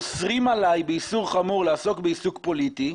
אוסרים עליי באיסור חמור לעסוק בעיסוק פוליטי,